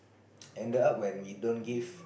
ended up when we don't give